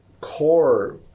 core